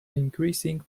increasing